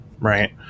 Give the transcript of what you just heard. right